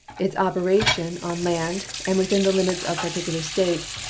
its operation on land, and within the limit of particular states,